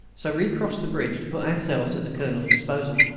so recrossed the bridge to put ourselves at the colonel's disposal.